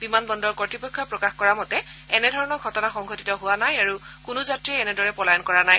বিমান বন্দৰ কৰ্ড়পক্ষই প্ৰকাশ কৰা মতে এনেধৰণৰ ঘটনা সংঘটিত হোৱা নাই আৰু কোনো যাত্ৰীয়েই এনেদৰে পলায়ন কৰা নাই